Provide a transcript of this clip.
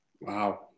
wow